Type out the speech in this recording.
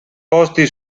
posti